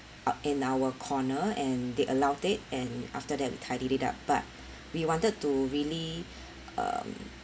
ah in our corner and they allowed it and after that they tidy it up but we wanted to really um